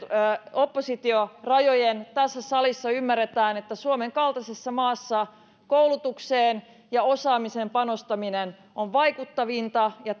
oppositio rajojen tässä salissa ymmärretään että suomen kaltaisessa maassa koulutukseen ja osaamiseen panostaminen on vaikuttavinta ja